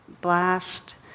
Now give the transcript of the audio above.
blast